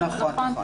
נכון.